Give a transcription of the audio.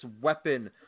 weapon